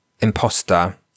imposter